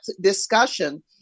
discussion